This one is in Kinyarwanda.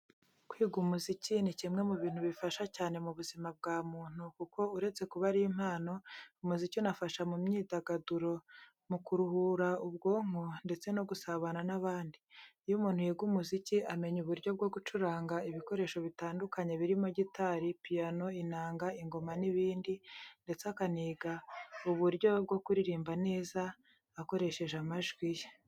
Kwiga umuziki ni kimwe mu bintu bifasha cyane mu buzima bwa muntu kuko uretse kuba ari impano, umuziki unafasha mu myidagaduro, mu kuruhura ubwonko ndetse no gusabana n'abandi. Iyo umuntu yiga umuziki, amenya uburyo bwo gucuranga ibikoresho bitandukanye birimo gitari, piyano, inanga, ingoma n'ibindi, ndetse akaniga uburyo bwo kuririmba neza akoresheje amajwi ye.